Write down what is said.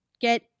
Get